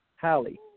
Hallie